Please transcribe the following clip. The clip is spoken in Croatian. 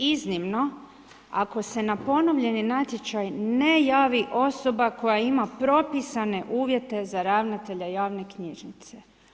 Iznimno, ako se na ponovljeni natječaj ne javi osoba koja ima propisane uvjete za ravnatelja javne knjižnice.